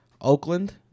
Oakland